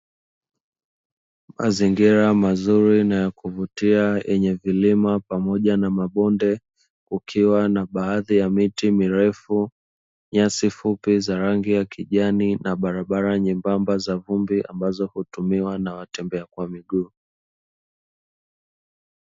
Mandhari nzuri na ya kuvutia yenye vilima pamoja na mabonde kukiwa na baadhi ya miti mirefu, nyasi fupi za rangi ya kijani na barabara nyembamba za vumbi ambazo hutumiwa na watembea kwa miguu.